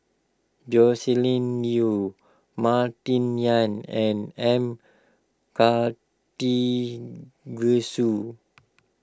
Joscelin Yeo Martin Yan and M Karthigesu